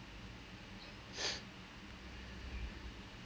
is the dude is serious about his craft right so